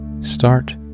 start